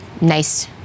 nice